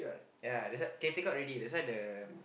ya that's why can take out already that's why the